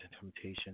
temptation